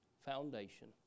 foundation